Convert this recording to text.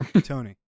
Tony